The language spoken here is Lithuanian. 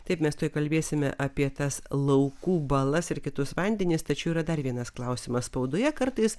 taip mes tuoj kalbėsime apie tas laukų balas ir kitus vandenis tačiau yra dar vienas klausimas spaudoje kartais